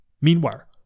Meanwhile